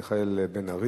חבר הכנסת מיכאל בן-ארי.